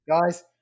guys